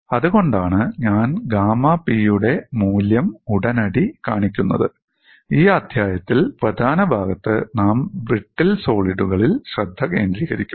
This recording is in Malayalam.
അതുകൊണ്ടാണ് ഞാൻ 'ഗാമ പി' യുടെ മൂല്യം ഉടനടി കാണിക്കുന്നത് ഈ അധ്യായത്തിൽ പ്രധാന ഭാഗത്ത് നാം ബ്രിട്ടിൽ പൊട്ടുന്ന സോളിഡുകളിൽ ശ്രദ്ധ കേന്ദ്രീകരിക്കും